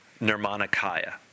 Nirmanakaya